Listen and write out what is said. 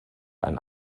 ein